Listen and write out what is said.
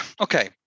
Okay